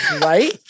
Right